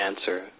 answer